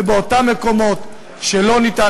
ובמקומות שאי-אפשר,